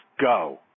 go